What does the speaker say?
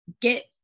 get